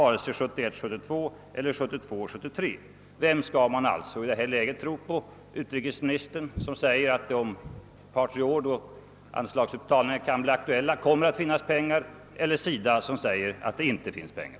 vare sig 71 73». Vem skall vi i detta läge tro på: utrikesministern. som säger att det om kanske tre år då anslagsutbetalningar kan bli aktuella kommer att finnas pengar eller SIDA som säger att det inte finns pengar?